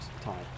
time